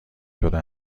شده